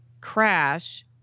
crash